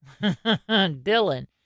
Dylan